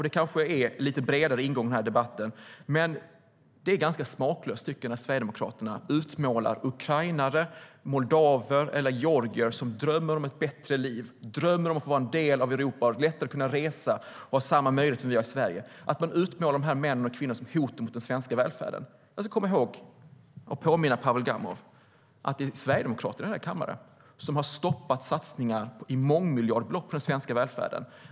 Det kanske är en lite bredare ingång i den här debatten, men jag tycker att det är ganska smaklöst av Sverigedemokraterna att utmåla ukrainare, moldavier eller georgier som drömmer om ett bättre liv, drömmer om att få vara en del av Europa, lättare kunna resa och ha samma möjligheter som vi i Sverige har, som hot mot den svenska välfärden. Jag ska påminna Pavel Gamov om att det är Sverigedemokraterna i den här kammaren som har stoppat satsningar i mångmiljardklassen på den svenska välfärden.